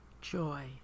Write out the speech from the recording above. joy